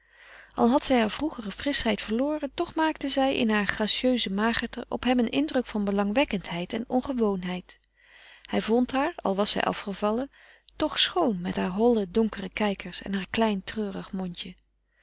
al had zij hare vroegere frischheid verloren toch maakte zij in haar gracieuse magerte op hem een indruk van belangwekkendheid en ongewoonheid hij vond haar al was zij afgevallen toch schoon met haar holle donkere kijkers en haar klein treurig mondje